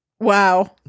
Wow